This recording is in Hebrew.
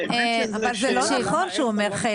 זה לא נכון שהוא אומר "חלק".